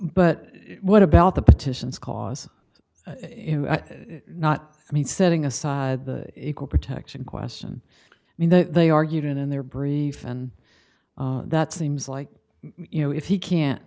but what about the petitions cause not i mean setting aside the equal protection question i mean the they argued in their brief and that seems like you know if he can't